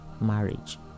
marriage